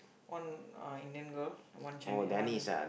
one uh Indian girl and one Chinese uh one